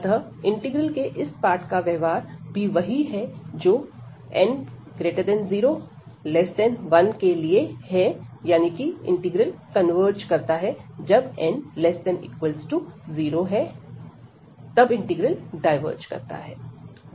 अतः इंटीग्रल के इस पार्ट का व्यवहार भी वही है जो 0n1 के लिए है यानी कि इंटीग्रल कन्वर्ज करता है और जब n ≤ 0 तब इंटीग्रल डायवर्ज करता है